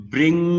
Bring